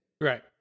Right